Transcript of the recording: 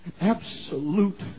Absolute